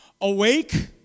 awake